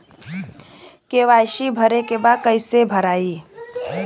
KYC भरे के बा कइसे भराई?